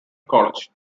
college